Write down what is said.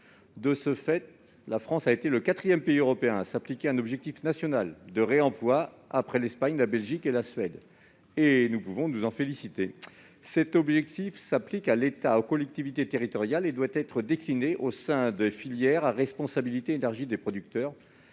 De ce fait, la France a été le quatrième pays européen à s'appliquer un objectif national de réemploi, après l'Espagne, la Belgique et la Suède ; nous pouvons nous en féliciter. Cet objectif s'applique à l'État et aux collectivités territoriales et doit être décliné au sein des filières à responsabilité élargies des producteurs,